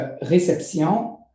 réception